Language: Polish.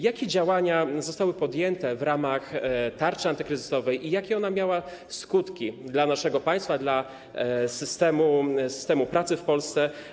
Jakie działania zostały podjęte w ramach tarczy antykryzysowej i jakie ona miała skutki dla naszego państwa, dla systemu pracy w Polsce?